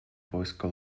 поиска